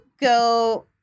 go